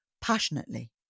passionately